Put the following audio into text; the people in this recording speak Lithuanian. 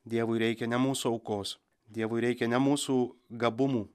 dievui reikia ne mūsų aukos dievui reikia ne mūsų gabumų